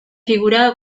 figurado